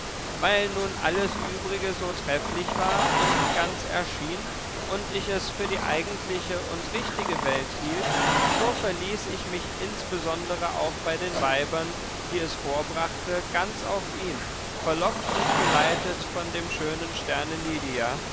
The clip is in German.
weil nun alles übrige so trefflich wahr und ganz erschien und ich es für die eigentliche und richtige welt hielt so verließ ich mich insbesondere auch bei den weibern die es vorbrachte ganz auf ihn verlockt und geleitet von dem schönen sterne lydia